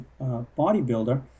bodybuilder